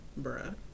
Bruh